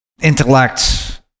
intellect